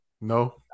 no